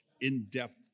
in-depth